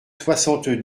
soixante